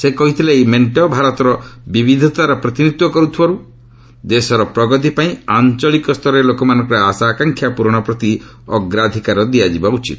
ସେ କହିଥିଲେ ଏହି ମେଣ୍ଟ ଭାରତର ବିବିଧତାର ପ୍ରତିନିଧିତ୍ୱ କରୁଥିବାରୁ ଦେଶର ପ୍ରଗତି ପାଇଁ ଆଞ୍ଚଳିକ ସ୍ତରରେ ଲୋକମାନଙ୍କର ଆଶା ଆକାଂକ୍ଷା ପୂରଣ ପ୍ରତି ଅଗ୍ରାଧିକାର ଦିଆଯିବା ଉଚିତ